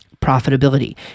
profitability